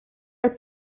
are